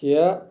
شےٚ